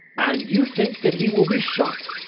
and you think that he will be shot?